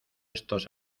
estos